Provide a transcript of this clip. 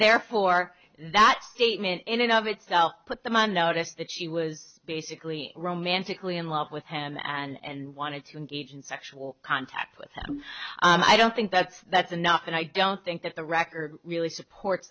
therefore that statement in and of itself put them on notice that she was basically romantically in love with him and wanted to engage in sexual contact with them i don't think that's that's enough and i don't think that the record really support